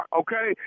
okay